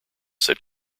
said